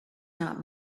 not